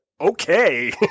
okay